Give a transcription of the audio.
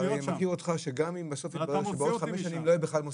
אני מכיר אותך שגם אם בסוף יתברר שבעוד חמש שנים לא יהיה בכלל מוסכים.